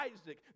Isaac